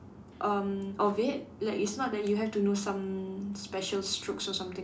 um of it like it's not that you have to know some special strokes or something